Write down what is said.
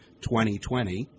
2020